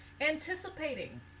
Anticipating